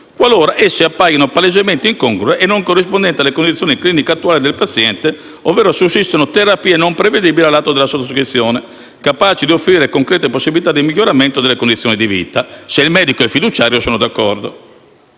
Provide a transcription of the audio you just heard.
qualora esse appaiano palesemente incongrue o non corrispondenti alla condizione clinica attuale del paziente ovvero sussistano terapie non prevedibili all'atto della sottoscrizione, capaci di offrire concrete possibilità di miglioramento delle condizioni di vita». E avviene questo se il medico e il fiduciario sono d'accordo.